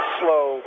slow